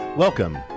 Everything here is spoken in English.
Welcome